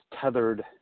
tethered